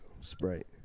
Sprite